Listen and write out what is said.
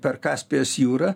per kaspijos jūrą